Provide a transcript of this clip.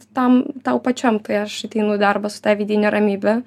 tam tau pačiam tai aš ateinu darbą su ta vidine ramybe